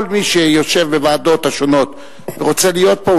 כל מי שיושב בוועדות השונות ורוצה להיות פה,